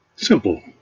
simple